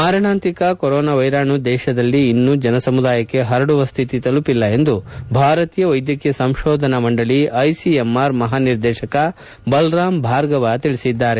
ಮಾರಣಾಂತಿಕ ಕೊರೋನಾ ವೈರಾಣು ದೇತದಲ್ಲಿ ಇನ್ನೂ ಜನ ಸಮುದಾಯಕ್ಕೆ ಪರಡುವ ಸ್ಲಿತಿ ತಲುಪಿಲ್ಲ ಎಂದು ಭಾರತೀಯ ವೈದ್ಯಕೀಯ ಸಂಶೋಧನಾ ಮಂಡಳಿ ಐಸಿಎಂಆರ್ ಮಹಾನಿರ್ದೇಶಕ ಬಲರಾಂ ಭಾರ್ಗವ ಹೇಳಿದ್ದಾರೆ